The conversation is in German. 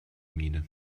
miene